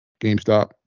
GameStop